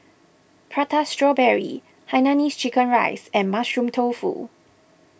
Prata Strawberry Hainanese Chicken Rice and Mushroom Tofu